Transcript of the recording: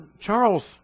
Charles